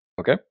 Okay